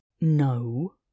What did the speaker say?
No